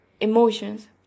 emotions